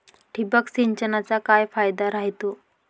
ठिबक सिंचनचा फायदा काय राह्यतो?